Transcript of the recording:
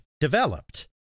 developed